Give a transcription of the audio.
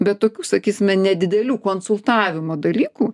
bet tokių sakysime nedidelių konsultavimo dalykų